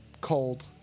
cold